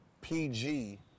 PG